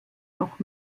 noch